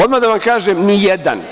Odmah da vam kažem, nijedan.